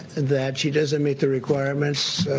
that she doesn't meet the requirements.